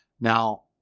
Now